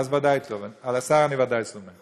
אז ודאי טוב, על השר אני ודאי סומך.